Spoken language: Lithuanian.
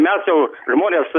mes jau žmonės